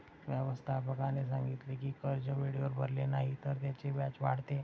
व्यवस्थापकाने सांगितले की कर्ज वेळेवर भरले नाही तर त्याचे व्याज वाढते